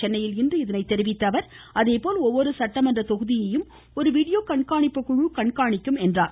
சென்னையில் இன்று இதனை தெரிவித்த அவர் அதேபோல் ஒவ்வொரு சட்டமன்ற தொகுதியையும் ஒரு வீடியோ கண்காணிப்பு குழு கண்காணிக்கும் ் என்றார்